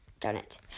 Donut